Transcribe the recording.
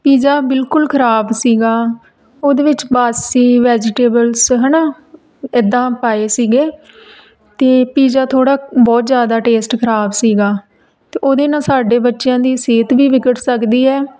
pizza ਬਿਲਕੁਲ ਖਰਾਬ ਸੀਗਾ ਉਹਦੇ ਵਿੱਚ ਬਾਸੀ ਵੈਜੀਟੇਬਲਸ ਹੈ ਨਾ ਇੱਦਾਂ ਪਾਏ ਸੀਗੇ ਅਤੇ ਪੀਜ਼ਾ ਥੋੜ੍ਹਾ ਬਹੁਤ ਜ਼ਿਆਦਾ ਟੇਸਟ ਖਰਾਬ ਸੀਗਾ ਅਤੇ ਉਹਦੇ ਨਾਲ ਸਾਡੇ ਬੱਚਿਆਂ ਦੀ ਸਿਹਤ ਵੀ ਵਿਗੜ ਸਕਦੀ ਹੈ